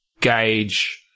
gauge-